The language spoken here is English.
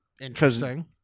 Interesting